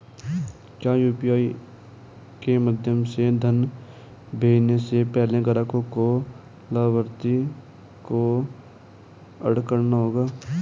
क्या यू.पी.आई के माध्यम से धन भेजने से पहले ग्राहक को लाभार्थी को एड करना होगा?